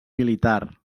militar